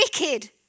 wicked